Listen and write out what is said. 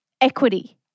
equity